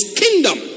kingdom